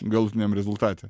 galutiniam rezultate